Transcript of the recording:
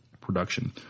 production